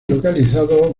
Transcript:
localizado